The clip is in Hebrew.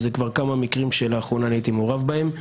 זה כבר כמה מקרים שלאחרונה אני הייתי מעורב בהם.